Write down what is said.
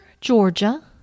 Georgia